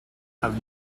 have